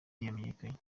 yamenyekanye